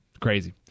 Crazy